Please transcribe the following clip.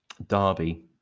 Derby